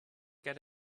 get